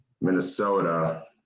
Minnesota